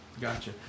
gotcha